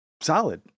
solid